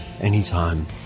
anytime